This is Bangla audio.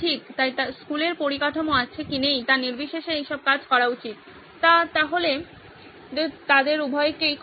তাই স্কুলের পরিকাঠামো আছে কি নেই তা নির্বিশেষে এই সব কাজ করা উচিত ত তাহলে এটি তাদের উভয়কেই কভার করে